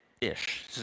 Ish